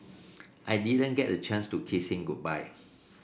I didn't get a chance to kiss him goodbye